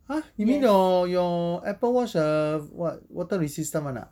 !huh! you mean your your Apple watch uh what water resistant [one] ah